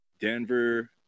Denver